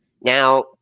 now